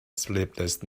sleepless